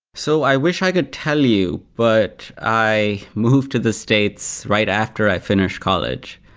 so i wish i could tell you. but i moved to the states right after i finished college.